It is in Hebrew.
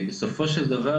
בסופו של דבר,